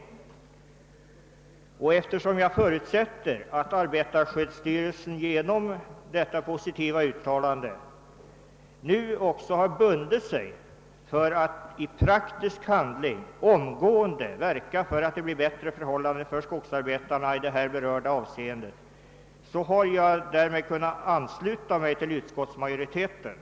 Eftersom jag för utsätter att arbetarskyddsstyrelsen genom detta positiva uttalande nu också har bundit sig för att i praktisk handling omgående verka för att det blir bättre förhållanden för skogsarbetarna i här berörda avseende, har jag kunnat ansluta mig till utskottsmajoriteten.